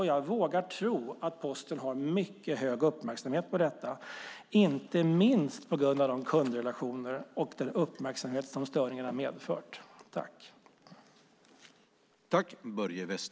Jag vågar tro att Posten har mycket hög uppmärksamhet på detta, inte minst på grund av de kundrelationer man har och den uppmärksamhet som störningarna har medfört.